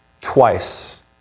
Twice